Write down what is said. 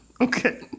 Okay